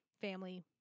family